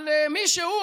על מישהו,